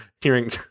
hearing